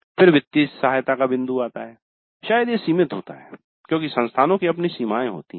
फिर वित्तीय सहायता का बिंदु आता है शायद ये सीमित होता है क्योंकि संस्थानों की अपनी सीमाएँ होती हैं